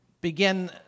begin